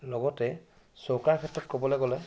লগতে চৌকাৰ ক্ষেত্ৰত ক'বলৈ গ'লে